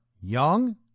young